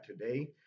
today